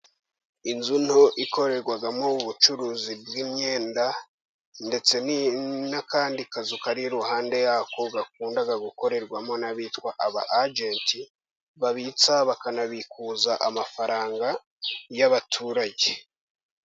Inzu nto ikorerwamo ubucuruzi bw'imyenda ndetse n'akandi kazu kari iruhande y'ako gakunda gukorerwamo n'abitwa aba agenti, babitsa bakanabikuza amafaranga y'abaturage.